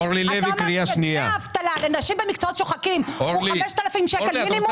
אתה אומר שדמי האבטלה לנשים במקצועות שוחקים הם 5,000 שקלים מינימום.